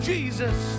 Jesus